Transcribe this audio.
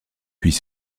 puis